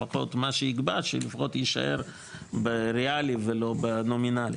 לפחות מה שיקבע שלפחות יישאר ריאלי ולא נומינאלי.